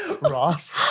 Ross